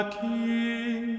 king